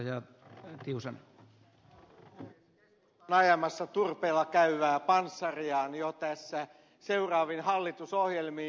keskusta on ajamassa turpeella käyvää panssariaan jo tässä seuraaviin hallitusohjelmiin